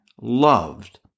loved